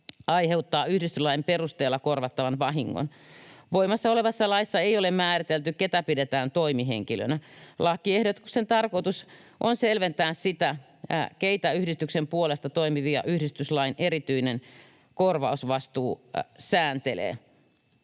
aiheuttaa yhdistyslain perusteella korvattavan vahingon. Voimassa olevassa laissa ei ole määritelty, ketä pidetään toimihenkilönä. Lakiehdotuksen tarkoitus on selventää sitä, keitä yhdistyksen puolesta toimivia yhdistyslain erityinen korvausvastuu sääntelee.